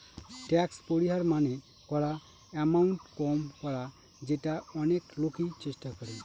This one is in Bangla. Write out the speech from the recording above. ট্যাক্স পরিহার মানে করা এমাউন্ট কম করা যেটা অনেক লোকই চেষ্টা করে